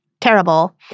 terrible